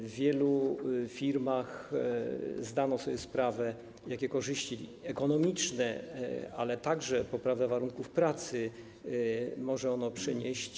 W wielu firmach zdano sobie sprawę z tego, jakie korzyści ekonomiczne, a także jaką poprawę warunków pracy może to przynieść.